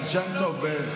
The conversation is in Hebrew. הבעל שם טוב,